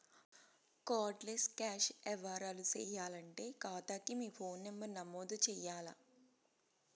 card less cash యవ్వారాలు సేయాలంటే కాతాకి మీ ఫోను నంబరు నమోదు చెయ్యాల్ల